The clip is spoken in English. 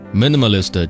minimalist